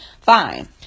Fine